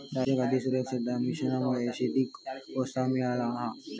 राष्ट्रीय खाद्य सुरक्षा मिशनमुळा शेतीक प्रोत्साहन मिळाला हा